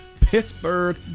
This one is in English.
Pittsburgh